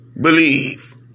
believe